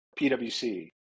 PwC